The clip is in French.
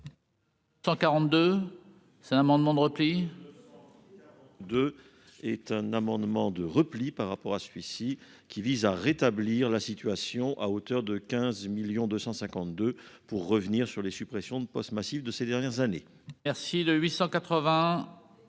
là. 142 c'est un amendement de repli. Deux est un amendement de repli par rapport à celui-ci, qui vise à rétablir la situation, à hauteur de 15 millions 200 52 pour revenir sur les suppressions de postes massives de ces dernières années. Merci de 880